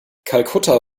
kalkutta